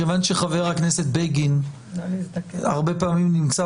מכיוון שחבר הכנסת בגין הרבה פעמים נמצא